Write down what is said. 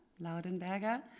Laudenberger